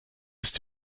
bist